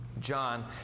John